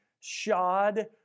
shod